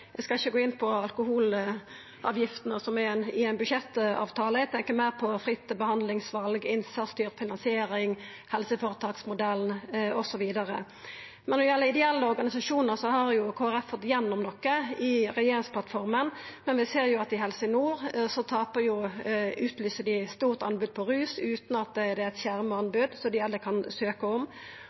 Eg skal ikkje gå inn på alkoholavgiftene som er i ein budsjettavtale. Eg tenkjer meir på fritt behandlingsval, innsatsstyrt finansiering, helseføretaksmodellen osv. Når det gjeld ideelle organisasjonar, har Kristeleg Folkeparti fått gjennom noko i regjeringsplattforma, men vi ser at i Helse Nord utlyser dei eit stort anbod på rusfeltet, utan at det er eit skjerma anbod, som alle kan søkja om.